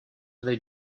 are